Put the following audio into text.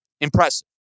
Impressive